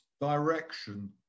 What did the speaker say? direction